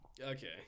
Okay